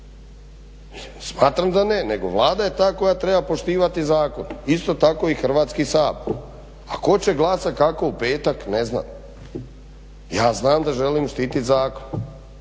Smatram da ne, nego Vlada je ta koja treba poštivati zakon. Isto tako i Hrvatski sabor. A tko će glasati kako u petak ne znam. Ja znam da želim štititi zakon